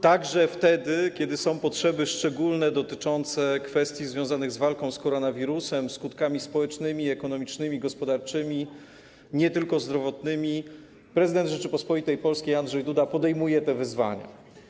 Także wtedy, kiedy są potrzeby szczególne dotyczące kwestii związanych z walką z koronawirusem, skutkami społecznymi, ekonomicznymi i gospodarczymi, nie tylko zdrowotnymi, prezydent Rzeczypospolitej Polskiej Andrzej Duda podejmuje te wyzwania.